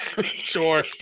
sure